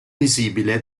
visibile